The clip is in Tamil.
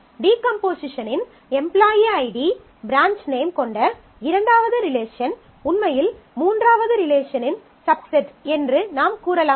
டீகம்போசிஷனின் employee ID branch name employee ID branch name கொண்ட இரண்டாவது ரிலேஷன் உண்மையில் மூன்றாவது ரிலேஷனின் சப்செட் என்று நாம் கூறலாம்